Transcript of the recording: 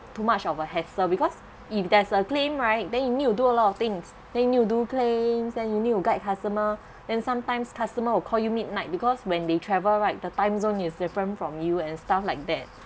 too much of a hassle because if there's a claim right then you need to do a lot of things then you do claims and you need to guide customer then sometimes customer will call you midnight because when they travel right the timezone is different from you and stuff like that